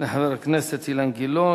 לחבר הכנסת אילן גילאון.